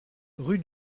rue